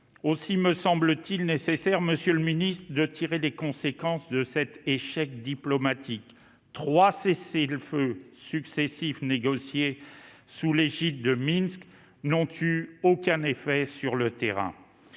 Aussi me semble-t-il nécessaire, monsieur le secrétaire d'État, de tirer les conséquences de cet échec diplomatique. Trois cessez-le-feu successifs négociés sous l'égide du groupe de Minsk n'ont eu aucun effet sur le terrain.